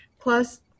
Plus